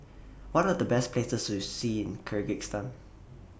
What Are The Best Places to See in Kyrgyzstan